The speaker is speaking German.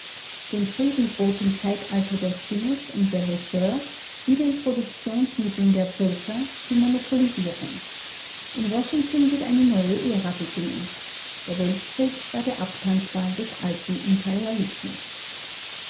dem frieden droht im zeitalter der stinnes und loucheur wie den produktionsmitteln der völker die monopolisierung in washington wird eine neue ära beginnen der weltkrieg war der abtanzball des alten imperialismus